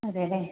അതെ അല്ലേ